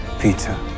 Peter